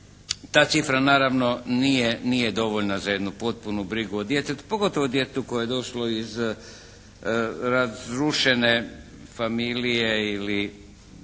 Ta cifra naravno nije dovoljna za jednu potpunu brigu o djetetu, pogotovo djetetu koje je došlo iz razrušene familije ili